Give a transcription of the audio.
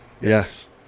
yes